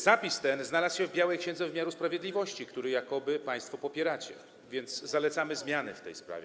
Zapis ten znalazł się w białej księdze wymiaru sprawiedliwości, którą jakoby państwo popieracie, więc zalecamy zmiany w tej sprawie.